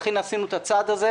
לכן עשינו את הצעד הזה,